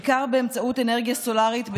בעיקר באמצעות אנרגיה סולרית,